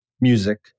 Music